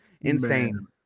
insane